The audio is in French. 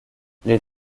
les